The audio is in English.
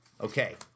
Okay